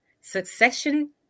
succession